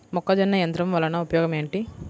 మొక్కజొన్న యంత్రం వలన ఉపయోగము ఏంటి?